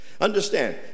Understand